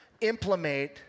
implement